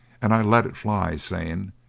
and i let it fly, saying,